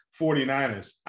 49ers